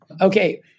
Okay